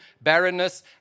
barrenness